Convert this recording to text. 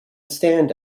stand